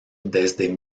desde